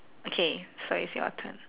okay so it's your turn